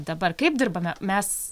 dabar kaip dirbame mes